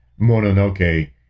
mononoke